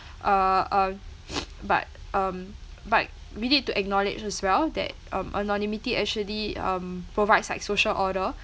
uh uh but um but we need to acknowledge as well that um anonymity actually um provides like social order